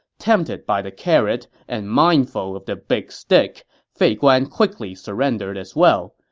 tempted by the carrot and mindful of the big stick, fei guan quickly surrendered as well,